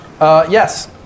Yes